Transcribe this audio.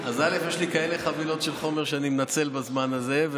אז יש לי כאלה חבילות של חומר שאני מנצל בזמן הזה.